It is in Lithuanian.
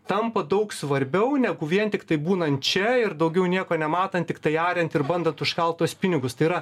tampa daug svarbiau negu vien tiktai būnant čia ir daugiau nieko nematant tiktai ariant ir bandant užkalt tuos pinigus tai yra